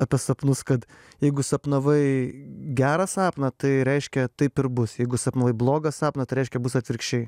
apie sapnus kad jeigu sapnavai gerą sapną tai reiškia taip ir bus jeigu sapnavai blogą sapną reiškia bus atvirkščiai